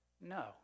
no